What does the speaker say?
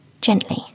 gently